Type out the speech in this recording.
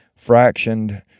fractioned